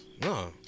No